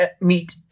meet